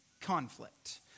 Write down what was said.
conflict